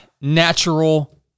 Natural